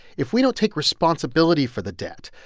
if we don't take responsibility for the debt,